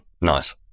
Nice